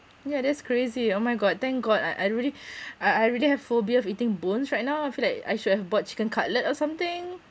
yeah that's crazy oh my god thank god I I really I I really have phobia of eating bones right now I feel like I should have bought chicken cutlet or something